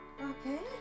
Okay